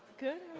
good